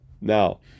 Now